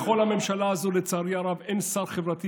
בכל הממשלה הזו לצערי הרב אין שר חברתי